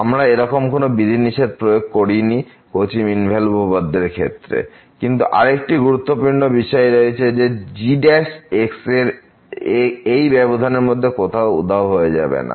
আমরা এরকম কোন বিধি নিষেধ প্রয়োগ করিনি কচি মিন ভ্যালু উপপাদ্য এর ক্ষেত্রে কিন্তু আরেকটি গুরুত্বপূর্ণ বিষয় রয়েছে যেমন g এই ব্যবধান এর মধ্যে কোথাও উধাও হয়ে যায় না